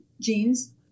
genes